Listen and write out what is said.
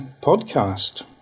podcast